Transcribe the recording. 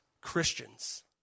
Christians